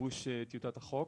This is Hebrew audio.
בגיבוש טיוטת החוק.